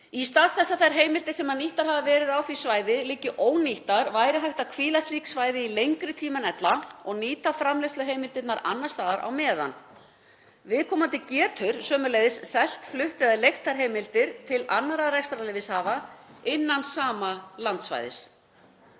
Í stað þess að þær heimildir sem nýttar hafa verið á því svæði liggi ónýttar væri hægt að hvíla slík svæði í lengri tíma en ella og nýta framleiðsluheimildirnar annars staðar á meðan. Viðkomandi getur sömuleiðis selt, flutt eða leigt þær heimildir til annarra rekstrarleyfishafa innan sama landsvæðis.